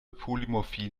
polymorphie